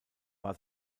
war